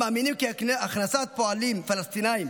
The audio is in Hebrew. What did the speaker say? המאמינים כי הכנסת פועלים פלסטינים